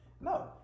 No